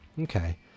okay